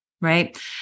Right